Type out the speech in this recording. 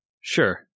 sure